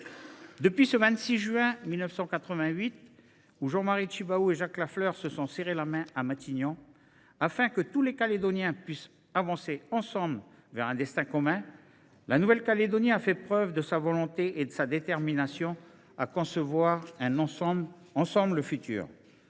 Depuis ce 26 juin 1988 où Jean Marie Tjibaou et Jacques Lafleur se sont serré la main à Matignon, afin que tous les Calédoniens puissent avancer ensemble vers un destin commun, la Nouvelle Calédonie a fait la preuve de sa volonté et de sa détermination à concevoir l’avenir.